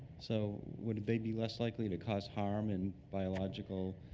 so would they be less likely to cause harm in biological,